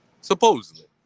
Supposedly